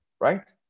right